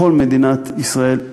בכל מדינת ישראל,